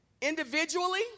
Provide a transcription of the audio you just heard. Individually